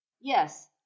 Yes